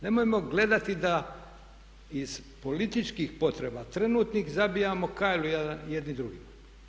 Nemojmo gledati da iz političkih potreba prvotnih zabijamo kajlu jedni drugima.